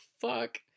fuck